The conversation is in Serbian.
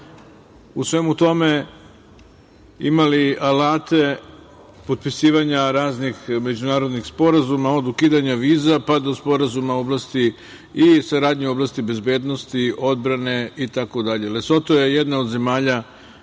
u svemu tome imali alate potpisivanja raznih međunarodnih sporazuma, od ukidanja viza pa do sporazuma u oblasti saradnje u oblasti bezbednosti, odbrane itd. Lesoto je jedna od zemalja